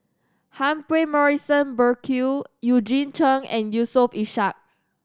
Humphrey Morrison Burkill Eugene Chen and Yusof Ishak